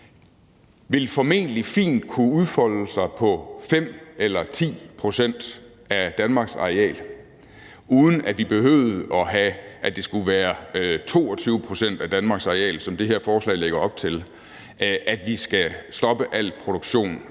ville formentlig fint kunne udfolde sig på 5 eller 10 pct. af Danmarks areal, uden at vi behøvede, at vi skulle have 22 pct. af Danmarks areal, som det her forslag lægger op til, hvor vi skulle stoppe al produktion